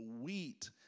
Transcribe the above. wheat